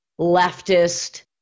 leftist